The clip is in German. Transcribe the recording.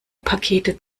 pakete